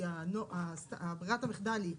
כי ברירת המחדל היא